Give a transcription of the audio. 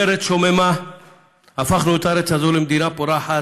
מארץ שוממה הפכנו את הארץ הזאת למדינה פורחת,